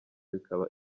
bikaba